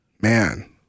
man